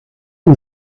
him